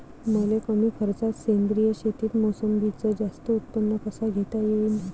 मले कमी खर्चात सेंद्रीय शेतीत मोसंबीचं जास्त उत्पन्न कस घेता येईन?